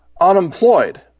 unemployed